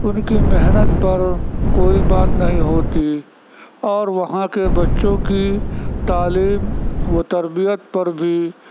ان کی محنت پر کوئی بات نہیں ہوتی اور وہاں کے بچوں کی تعلیم و تربیت پر بھی